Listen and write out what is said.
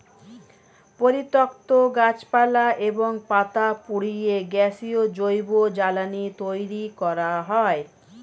পরিত্যক্ত গাছপালা এবং পাতা পুড়িয়ে গ্যাসীয় জৈব জ্বালানি তৈরি করা হয়